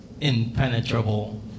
impenetrable